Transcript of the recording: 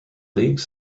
leagues